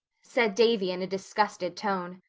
said davy in a disgusted tone.